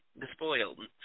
Despoiled